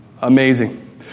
amazing